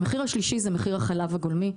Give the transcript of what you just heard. הנושא השלישי זה מחיר החלב הגולמי.